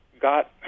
got